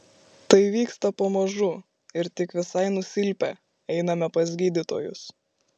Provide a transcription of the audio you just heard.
tai vyksta pamažu ir tik visai nusilpę einame pas gydytojus